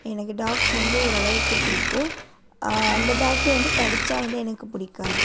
எனக்கு டாக்ஸ் வந்து ஓரளவுக்கு பிடிக்கும் அந்த டாக்ஸே வந்து கடிச்சால் வந்து எனக்கு பிடிக்காது